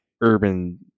urban